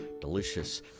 Delicious